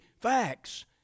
facts